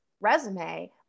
resume